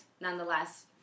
nonetheless